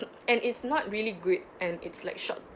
and it's not really good and it's like short